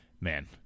man